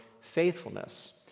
faithfulness